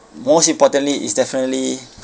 most importantly is definitely